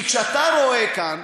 כי כשאתה רואה כאן,